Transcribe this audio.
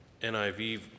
NIV